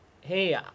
Hey